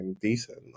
decent